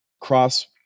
cross